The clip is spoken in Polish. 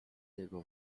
jego